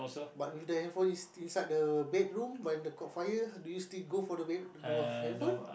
but with the handphone is still inside the bedroom but in the caught fire do you still go for the bedroom the handphone